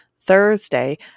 Thursday